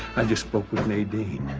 i just spoke with nadine.